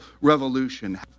revolution